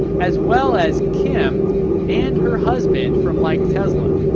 as well as kim and her husband from like tesla.